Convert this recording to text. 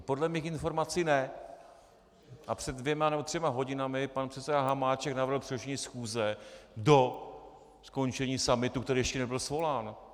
Podle mých informací ne a před dvěma nebo třemi hodinami pan předseda Hamáček navrhl přerušení schůze do skončení summitu, který ještě nebyl svolán.